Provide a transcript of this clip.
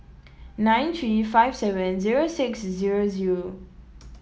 nine three five seven zero six zero zero